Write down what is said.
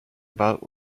about